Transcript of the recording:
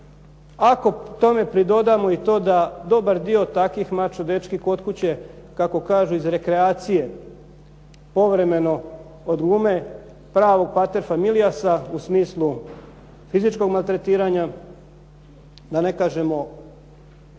Ako tome pridodamo i to da dobar dio takvih mačo dečki kod kuće kako kažu iz rekreacije povremeno odglume pravog pater familiasa u smislu fizičkog maltretiranja da ne kažemo